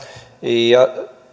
ja